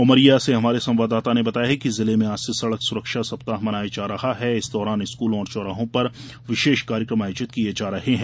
उमरिया से हमारे संवाददाता ने बताया है कि जिले में आज से सड़क सुरक्षा सप्ताह मनाया जा रहा है इस दौरान स्कूलों और चौराहों पर विशेष कार्यक्रम आयोजित किये जा रहे हैं